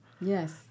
Yes